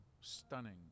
stunning